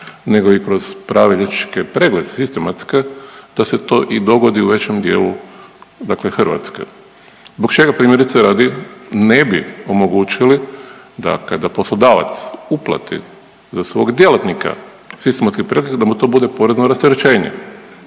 nego i kroz prave liječničke preglede sistematske da se to i dogodi u većem dijelu dakle Hrvatske. Zbog čega primjerice radi ne bi omogućili da kada poslodavac uplati za svog djelatnika sistematske pregleda da mu to bude porezno rasterećenje.